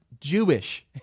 Jewish